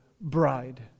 bride